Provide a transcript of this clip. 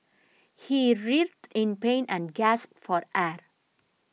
he writhed in pain and gasped for air